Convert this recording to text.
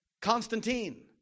Constantine